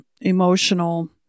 emotional